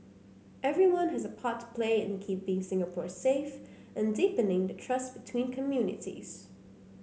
everyone has a part to play in keeping Singapore safe and deepening the trust between communities